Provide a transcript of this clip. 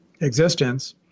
existence